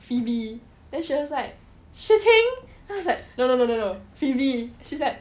phoebe then she was like shi ting then I was like no no no no no phoebe she's like